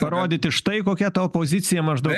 parodyti štai kokia ta opozicija maždaug